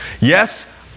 Yes